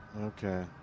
Okay